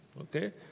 okay